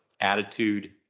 attitude